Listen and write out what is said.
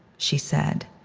she said.